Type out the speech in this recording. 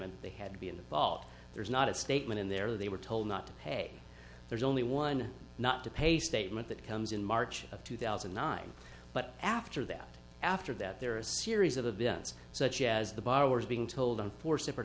and they had to be in the vault there's not a statement in there they were told not to pay there's only one not to pay statement that comes in march of two thousand and nine but after that after that there are a series of events such as the borrowers being told on four separate